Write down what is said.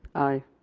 aye.